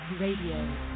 Radio